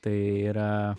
tai yra